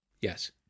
yes